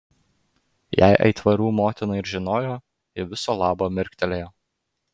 jei aitvarų motina ir žinojo ji viso labo mirktelėjo